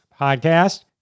podcast